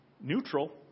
neutral